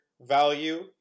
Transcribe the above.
value